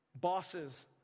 Bosses